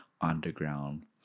underground